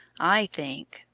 i think,